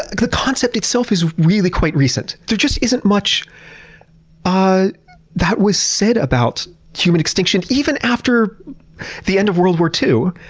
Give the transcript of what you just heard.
the concept itself is really quite recent. there just isn't much ah that was said about human extinction even after the end of world war ii,